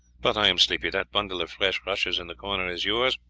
but i am sleepy that bundle of fresh rushes in the corner is yours,